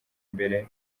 imbere